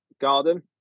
garden